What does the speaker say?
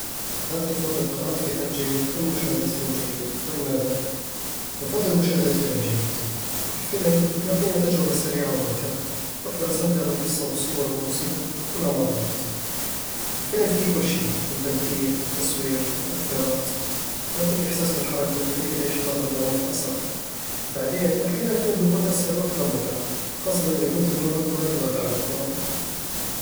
هل تفضل قراءة كتاب جيد أم مشاهدة فيلم جيد؟ ولماذا؟ بفضّل مشاهدة فيلم جيد الفيلم يعطيني تجربة سريعة وممتعة، وأقدر أستمتع بالقصة والصور والموسيقى كلها مع بعض الفيلم فيه كل شي من تمثيل، تصوير، ومؤثرات، يعطيك إحساس بالحركة ويخليك تعيش اللحظة بعمق أسرع بعدين، أحيانًا الفيلم يكون أسهل وأكثر متعة خاصة إذا كنت مروق وما تبغى تعب القراءة